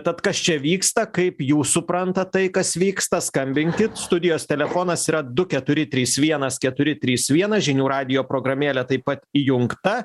tad kas čia vyksta kaip jūs suprantat tai kas vyksta skambinkit studijos telefonas yra du keturi trys vienas keturi trys vienas žinių radijo programėlė taip pat įjungta